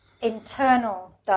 internal